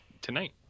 tonight